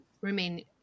remain